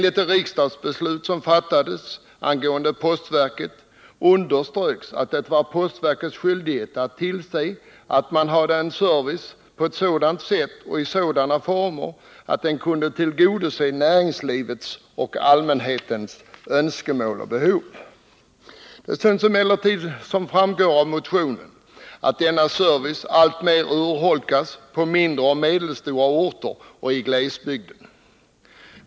I det riksdagsbeslut som fattades angående postverket underströks att det var postverkets skyldighet att tillse att man hade en service på ett sådant sätt och i sådana former att den kunde tillgodose näringslivets och allmänhetens önskemål och behov. Det synes emellertid, som framgår av motionen, som om denna service allt mer urholkas på mindre och medelstora orter och i glesbygderna.